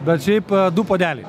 bet šiaip du puodeliai